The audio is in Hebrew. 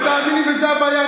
תאמין לי, וזאת הבעיה.